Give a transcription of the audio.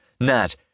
Nat